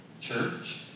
church